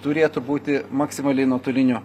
turėtų būti maksimaliai nuotoliniu